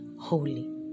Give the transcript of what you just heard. holy